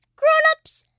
grown-ups,